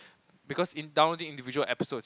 because in downloading individual episodes